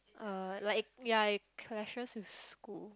uh like ya it clashes with school